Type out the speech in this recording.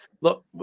look